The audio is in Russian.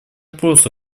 просто